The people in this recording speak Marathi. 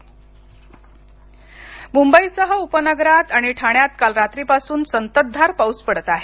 मुंबई लोकल मुंबईसह उपनगरात आणि ठाण्यात काल रात्रीपासून संततधार पाऊस पडत आहे